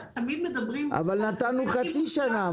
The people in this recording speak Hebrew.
אבל נתנו חצי שנה.